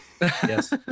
Yes